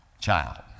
child